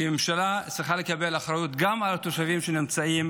הממשלה, צריכה לקבל אחריות גם על התושבים שנמצאים